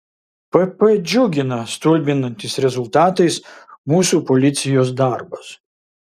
pp džiugina stulbinantis rezultatais mūsų policijos darbas